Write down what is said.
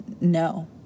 No